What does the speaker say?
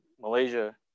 Malaysia